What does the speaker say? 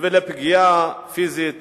ולפגיעה פיזית